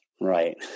Right